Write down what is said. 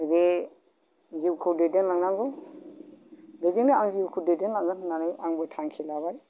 बे जिउखौ दैदेनलांनांगौ बिजोंनो आं जिउखौ दैदेनलांनो होन्नानै आंबो थांखि लाबाय